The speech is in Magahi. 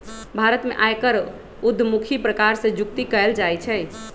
भारत में आयकर उद्धमुखी प्रकार से जुकती कयल जाइ छइ